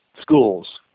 schools